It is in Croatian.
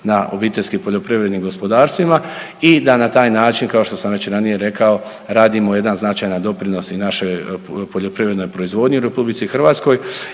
na obiteljskim poljoprivrednim gospodarstvima i da na taj način kao što sam već ranije rekao radimo jedan značajan doprinos i našoj poljoprivrednoj proizvodnji u RH i vjerujemo